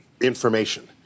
information